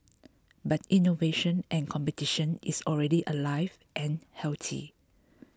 but innovation and competition is already alive and healthy